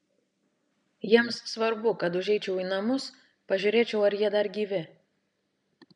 jiems svarbu kad užeičiau į namus pažiūrėčiau ar jie dar gyvi